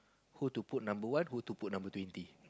who to put number one who to put number twenty